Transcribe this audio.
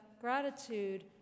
gratitude